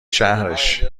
شهرش